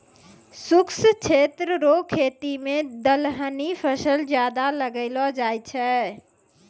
शुष्क क्षेत्र रो खेती मे दलहनी फसल ज्यादा लगैलो जाय छै